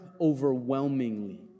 overwhelmingly